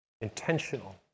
Intentional